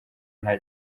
nta